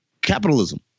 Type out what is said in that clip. capitalism